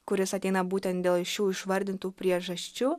kuris ateina būtent dėl šių išvardintų priežasčių